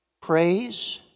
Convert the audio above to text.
Praise